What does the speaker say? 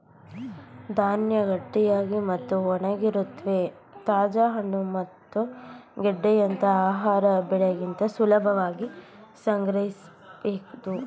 ಧಾನ್ಯ ಗಟ್ಟಿಯಾಗಿ ಮತ್ತು ಒಣಗಿರುತ್ವೆ ತಾಜಾ ಹಣ್ಣು ಮತ್ತು ಗೆಡ್ಡೆಯಂತ ಆಹಾರ ಬೆಳೆಗಿಂತ ಸುಲಭವಾಗಿ ಸಂಗ್ರಹಿಸ್ಬೋದು